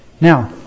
Now